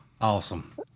Awesome